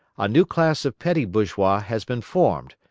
a new class of petty bourgeois has been formed,